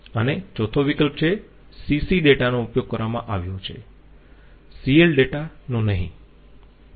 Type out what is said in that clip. અને ચોથો વિકલ્પ છે CC ડેટા નો ઉપયોગ કરવામાં આવ્યો છે CL ડેટા નો નહીં